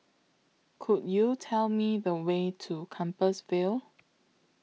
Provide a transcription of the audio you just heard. Could YOU Tell Me The Way to Compassvale